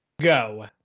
Go